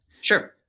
Sure